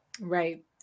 Right